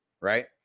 right